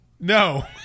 No